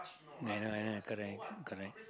I know I know correct correct